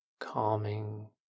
calming